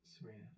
Serena